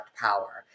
power